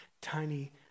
tiny